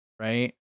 Right